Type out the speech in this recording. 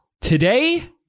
Today